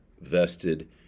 vested